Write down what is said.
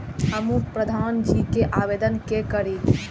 हमू प्रधान जी के आवेदन के करी?